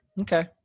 Okay